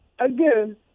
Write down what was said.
Again